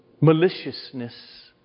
maliciousness